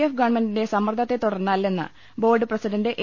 F ഗവൺമെന്റിന്റെ സമ്മർദ്ദത്തെത്തുടർന്ന് അല്ലെന്ന് ബോർഡ് പ്രസിഡന്റ് എ